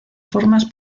formas